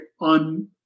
on